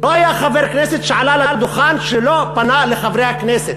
לא היה חבר כנסת שעלה לדוכן שלא פנה לחברי הכנסת: